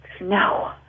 No